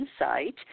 insight